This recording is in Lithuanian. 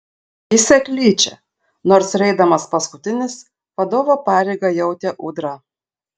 į seklyčią nors ir eidamas paskutinis vadovo pareigą jautė ūdra